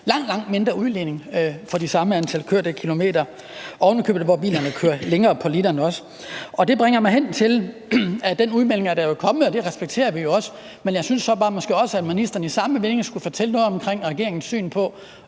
langt mindre udledning på det samme antal kørte kilometer, ovenikøbet også, hvor bilerne kører længere på literen. Det bringer mig hen til – og den udmelding er jo kommet, og det respekterer vi også – at sige, at jeg synes, at ministeren også i samme vending skulle fortælle noget om regeringens syn på,